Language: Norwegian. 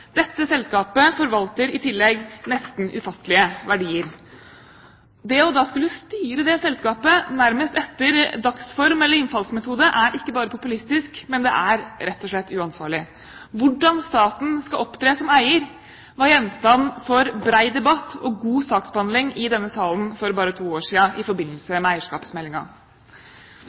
Dette selskapet forvalter i tillegg nesten ufattelige verdier. Det å skulle styre det selskapet nærmest etter dagsform eller innfallsmetoden er ikke bare populistisk, men det er rett og slett uansvarlig. Hvordan staten skal opptre som eier, var gjenstand for bred debatt og god saksbehandling i denne salen for bare to år siden i forbindelse med